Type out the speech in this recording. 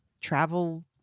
travel